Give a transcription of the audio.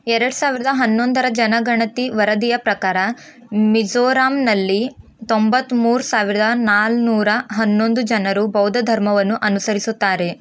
ಎರಡು ಸಾವಿರ್ದ ಹನ್ನೊಂದರ ಜನಗಣತಿ ವರದಿಯ ಪ್ರಕಾರ ಮಿಝೋರಾಂನಲ್ಲಿ ತೊಂಬತ್ತ್ಮೂರು ಸಾವಿರದ ನಾನ್ನೂರ ಹನ್ನೊಂದು ಜನರು ಬೌದ್ಧ ಧರ್ಮವನ್ನು ಅನುಸರಿಸುತ್ತಾರೆ